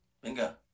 Bingo